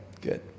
good